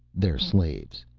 they're slaves.